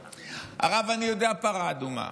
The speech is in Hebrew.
הרב, אני יודע פרה אדומה,